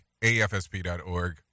AFSP.org